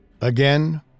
Again